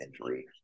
injury